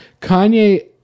Kanye